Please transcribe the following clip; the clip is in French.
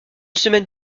semaine